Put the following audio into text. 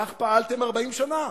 כך פעלתם 40 שנה.